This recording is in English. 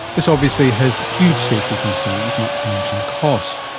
this obviously has huge safety concerns, not to mention cost.